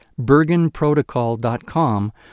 bergenprotocol.com